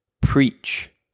preach